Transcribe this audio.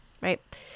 right